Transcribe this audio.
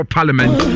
Parliament